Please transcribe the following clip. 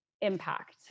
impact